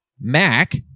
Mac